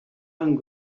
and